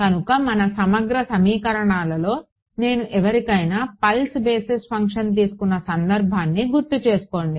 కానీ మన సమగ్ర సమీకరణాలలో నేను ఎవరికైనా పల్స్ బేసిస్ ఫంక్షన్ తీసుకున్న సంధర్భాన్ని గుర్తుచేసుకోండి